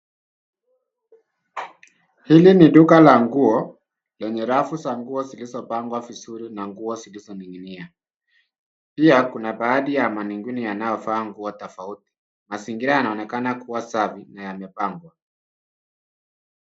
Hili ni duka la nguo, lenye rafu la nguo zilizopangwa vizuri na nguo zilizoninginia. Pia Kuna baadhi ya mannequini yanayovaa nguo tofauti. Mazingira yanaonekana kuwa safi, na yamepangwa